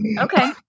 Okay